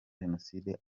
jenoside